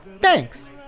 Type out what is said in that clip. Thanks